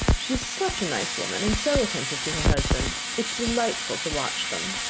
she is such a nice woman, and so attentive to her husband. it's delightful to watch them.